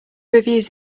reviews